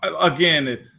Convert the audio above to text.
Again